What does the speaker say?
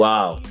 Wow